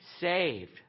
saved